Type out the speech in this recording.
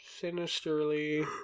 sinisterly